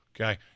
Okay